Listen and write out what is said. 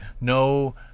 no